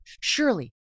Surely